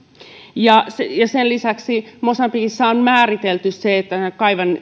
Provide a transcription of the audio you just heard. ja sen lisäksi mosambikissa on määritelty se että